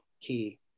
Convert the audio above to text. key